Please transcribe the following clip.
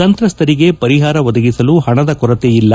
ಸಂತ್ರಸ್ತರಿಗೆ ಪರಿಹಾರ ಒದಗಿಸಲು ಹಣದ ಕೊರತೆ ಇಲ್ಲ